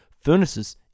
furnaces